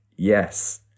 Yes